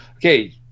Okay